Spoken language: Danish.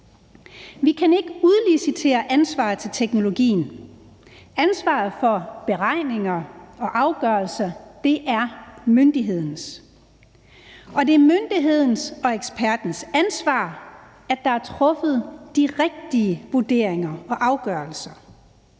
Vi kan ikke udlicitere ansvaret til teknologien. Ansvaret for beregninger og afgørelser er myndighedens, og det er myndighedens og ekspertens ansvar, at der er truffet de rigtige vurderinger og afgørelser,